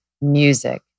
music